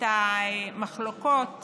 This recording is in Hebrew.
את המחלוקות